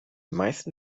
meisten